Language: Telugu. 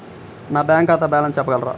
నా బ్యాంక్ ఖాతా బ్యాలెన్స్ చెప్పగలరా?